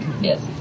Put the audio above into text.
Yes